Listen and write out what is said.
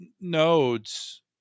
nodes